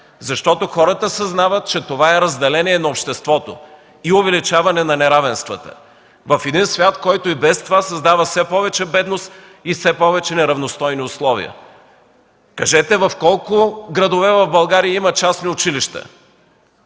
Хората съзнават, че това е разделение на обществото и увеличаване на неравенствата в свят, който и без това създава все повече бедност и все повече неравностойни условия. Кажете в колко градове в България има частни училища?